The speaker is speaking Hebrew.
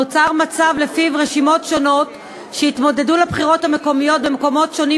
נוצר מצב שרשימות שונות שהתמודדו לבחירות המקומיות במקומות שונים